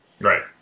Right